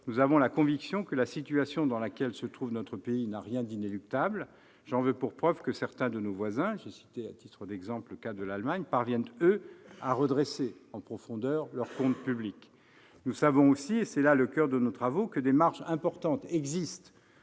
nous avons la conviction que la situation dans laquelle se trouve notre pays n'a rien d'inéluctable. J'en veux pour preuve que certains de nos voisins- j'ai cité à titre d'exemple le cas de l'Allemagne -parviennent, eux, à redresser en profondeur leurs comptes publics. Nous savons aussi, et c'est le coeur de nos travaux, que des marges importantes existent